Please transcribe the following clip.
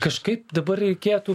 kažkaip dabar reikėtų